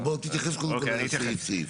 אבל, בו תתייחס קודם לנושא נושא.